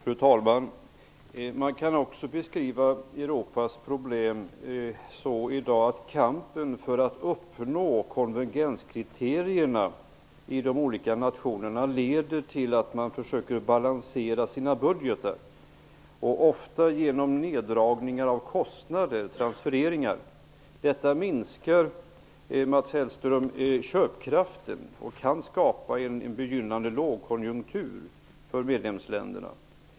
Fru talman! Man kan i dag beskriva Europas problem på det sättet att kampen i de olika nationerna för att uppnå konvergenskriterierna leder till att man försöker balansera sina budgetar - ofta genom neddragningar av kostnader, dvs. transfereringar. Detta minskar köpkraften, Mats Hellström, och kan leda till en begynnande lågkonjunktur för medlemsländerna.